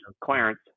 Clarence